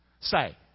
Say